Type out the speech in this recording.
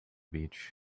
beach